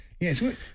Yes